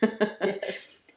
Yes